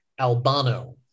Albano